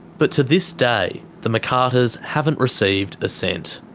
but to this day, the mccarters haven't received a cent.